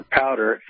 powder